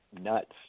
nuts